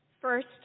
First